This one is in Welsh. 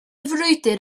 frwydr